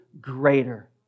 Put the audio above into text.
greater